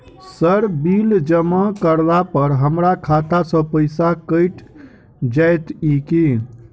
Sir bill जमा करला पर हमरा खाता सऽ पैसा कैट जाइत ई की?